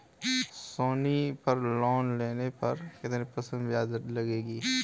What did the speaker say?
सोनी पर लोन लेने पर कितने प्रतिशत ब्याज दर लगेगी?